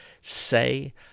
say